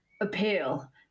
appeal